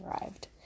arrived